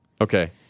Okay